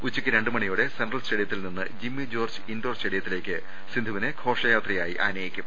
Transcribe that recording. ഉച്ചക്ക് രണ്ട് മണിയോടെ സെൻട്രൽ സ്റ്റേഡിയത്തിൽ നിന്ന് ജിമ്മിജോർജ്ജ് ഇൻഡോർ സ്റ്റേഡിയത്തിലേക്ക് സിന്ധു വിനെ ഘോഷയാത്രയായി ആനയിക്കും